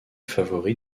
favoris